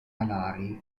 alari